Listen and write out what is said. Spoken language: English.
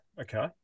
Okay